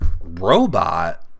Robot